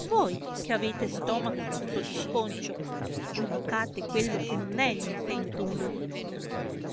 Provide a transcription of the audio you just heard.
voi che avete il stomaco tutto disconcio giudicate quello che non è l intento mio